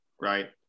right